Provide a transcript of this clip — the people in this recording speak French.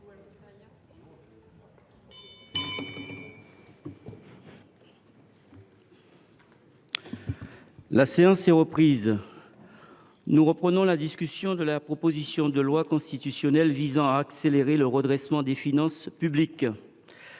La séance est reprise. Nous poursuivons la discussion de la proposition de loi constitutionnelle visant à accélérer le redressement des finances publiques.